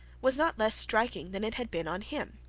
was not less striking than it had been on him.